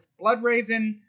Bloodraven